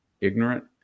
ignorant